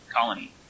colony